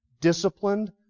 disciplined